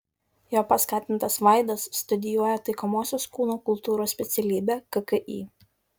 jo paskatintas vaidas studijuoja taikomosios kūno kultūros specialybę kki